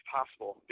possible